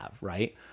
right